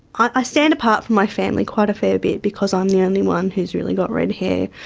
i stand apart from my family quite a fair bit because i'm the only one who's really got red hair,